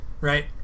Right